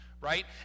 right